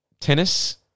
tennis